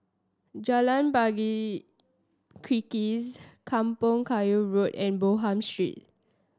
Jalan Pari Kikis Kampong Kayu Road and Bonham Street